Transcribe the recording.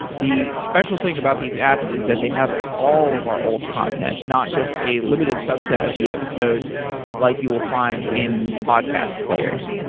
the special thing about these apps is that they have all of our old content. not just a limited subset of the episodes like you will find in podcast players.